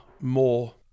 more